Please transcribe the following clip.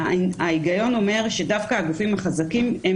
ההיגיון אומר שדווקא הגופים החזקים הם